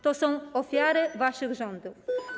To są ofiary waszych rządów.